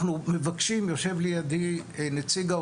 אנחנו מבקשים וישוב לידי נציג משרד